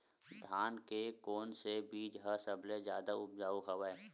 धान के कोन से बीज ह सबले जादा ऊपजाऊ हवय?